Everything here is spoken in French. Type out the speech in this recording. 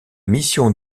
mission